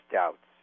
doubts